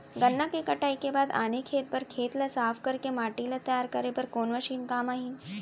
गन्ना के कटाई के बाद आने खेती बर खेत ला साफ कर के माटी ला तैयार करे बर कोन मशीन काम आही?